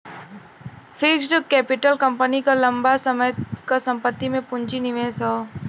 fixed capital company क लंबा समय क संपत्ति में पूंजी निवेश हौ